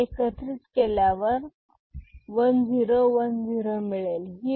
हे एकत्रित केल्यावर 1 0 1 0 मिळेल